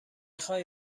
خوای